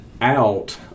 out